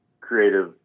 creative